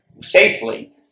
safely